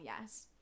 yes